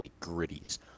gritties